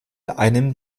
einem